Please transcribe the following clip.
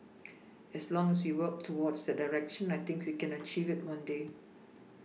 as long as we work towards that direction I think we can achieve it one day